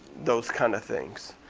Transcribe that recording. those kind of things.